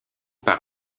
par